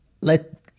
let